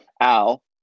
Al